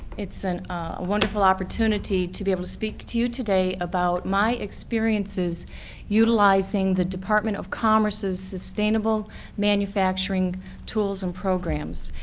and ah wonderful opportunity to be able to speak to you today about my experiences utilizing the department of commerce's sustainable manufacturing tools and programs.